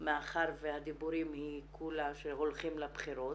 מאחר והדיבורים הם שהולכים לבחירות,